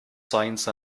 science